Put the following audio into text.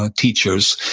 ah teachers,